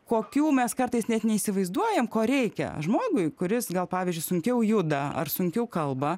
kokių mes kartais net neįsivaizduojam ko reikia žmogui kuris gal pavyzdžiui sunkiau juda ar sunkiau kalba